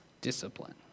discipline